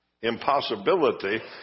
impossibility